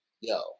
yo